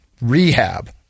rehab